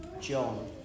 John